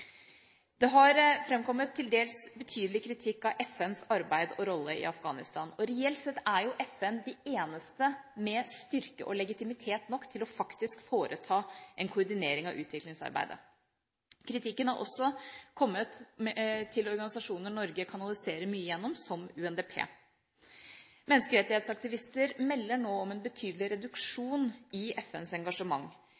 Det har framkommet til dels betydelig kritikk av FNs arbeid og rolle i Afghanistan. Reelt sett er FN den eneste med styrke og legitimitet nok til faktisk å foreta en koordinering av utviklingsarbeidet. Kritikken har også kommet til organisasjoner Norge kanaliserer mye gjennom, som UNDP. Menneskerettighetsaktivister melder nå om en betydelig